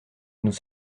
nous